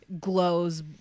Glows